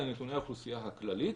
אלא לנתוני האוכלוסייה הכללית,